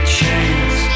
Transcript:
chance